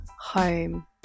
home